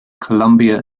columbia